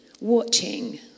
watching